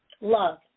Love